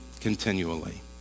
continually